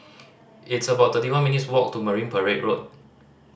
it's about thirty one minutes' walk to Marine Parade Road